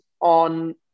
on